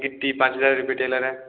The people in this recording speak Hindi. गिट्टी पाँच हज़ार रुपये टेलर है